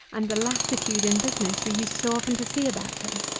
and the lassitude in business we used so often to see about him